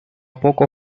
poco